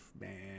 man